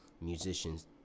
musicians